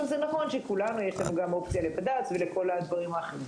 זה נכון שיש לנו גם אופציה לבד"ץ ולכל הדברים האחרים.